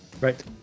Right